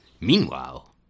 Meanwhile